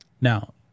Now